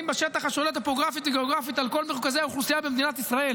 בה שטח השולט טופוגרפית-גיאוגרפית על כל מרכזי האוכלוסייה במדינת ישראל,